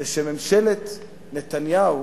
זה שממשלת נתניהו,